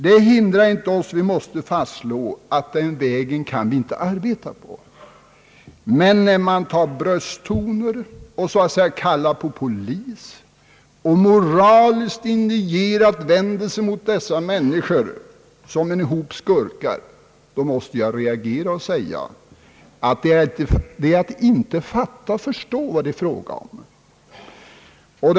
Detta hindrar inte att vi måste fastslå att vi inte kan gå på den vägen. Men när man tar till brösttoner, kallar på polis och moraliskt indignerat vänder sig mot dessa människor som en hop skurkar måste jag reagera och säga att det är att inte fatta och förstå vad det är frågan om.